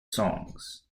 songs